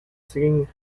singing